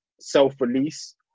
self-release